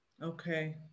Okay